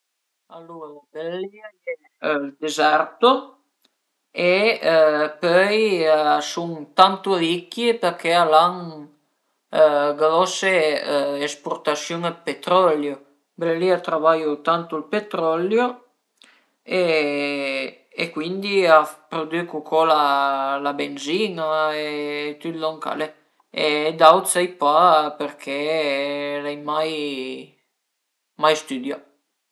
Cun i amis a m'pias giöghi a le carte, giöghi a pinacula e praticament ëntà pìé tërdes cart a la man e pöi dopu ëntà sërché dë fe dë pocker o dë scale, le scale a van da l'as a l'as, cuindi tüi i nümer pi le figüre e basta